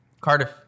Cardiff